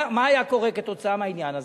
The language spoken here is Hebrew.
מה היה קורה כתוצאה מהעניין הזה?